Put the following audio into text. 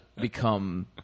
become